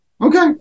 Okay